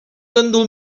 gandul